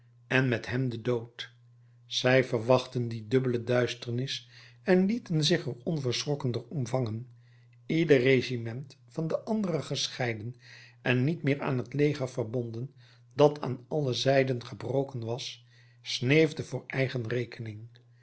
en met hem de dood zij verwachtten die dubbele duisternis en lieten zich er onverschrokken door omvangen ieder regiment van de andere gescheiden en niet meer aan t leger verbonden dat aan alle zijden gebroken was sneefde voor eigen rekening